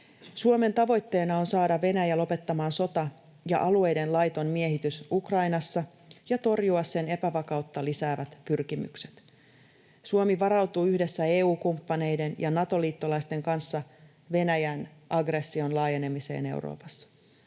Suomen tavoitteena on saada Venäjä lopettamaan sota ja alueiden laiton miehitys Ukrainassa ja torjua sen epävakautta lisäävät pyrkimykset. Suomi varautuu yhdessä EU-kumppaneiden ja Nato-liittolaisten kanssa Venäjän aggression laajenemiseen Euroopassa.